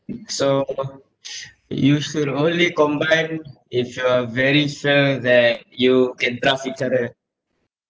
so you should only combine if you are very sure that you can trust each other